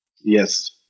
Yes